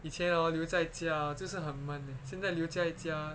以前 orh 留在家 orh 就是很闷 uh 现在留在家